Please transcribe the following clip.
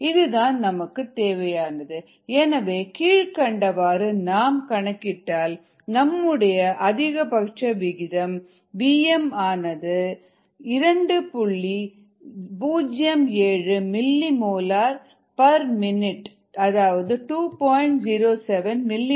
இதுதான் நமக்கு தேவையானது எனவே கீழ்க்கண்டவாறு நாம் கணக்கிட்டால் நம்முடைய அதிகபட்ச விகிதம் vm vmk3Et vmk3Et vmk33Et since Et3Et எனவே vm3k3Et3vm30